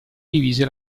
divise